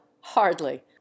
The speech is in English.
hardly